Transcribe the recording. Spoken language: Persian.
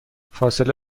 فاصله